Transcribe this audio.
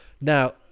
Now